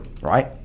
right